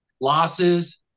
losses